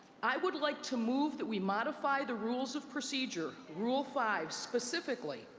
i would like to move that we modify the rules of procedure, rule five specifically,